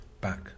back